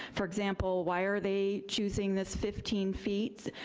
for example, why are they choosing this fifteen feet?